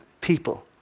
people